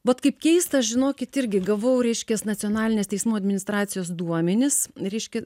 vat kaip keista žinokit irgi gavau reiškias nacionalinės teismų administracijos duomenis reiškia